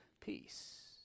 peace